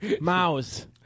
Mouse